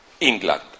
England